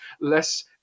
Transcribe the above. less